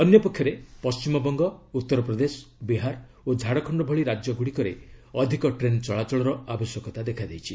ଅନ୍ୟପକ୍ଷରେ ପଣ୍ଟିମବଙ୍ଗ ଉତ୍ତରପ୍ରଦେଶ ବିହାର ଓ ଝାଡଖଣ୍ଡ ଭଳି ରାଜ୍ୟ ଗୁଡ଼ିକରେ ଅଧିକ ଟ୍ରେନ୍ ଚଳାଚଳର ଆବଶ୍ୟକତା ଦେଖାଦେଇଛି